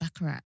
Baccarat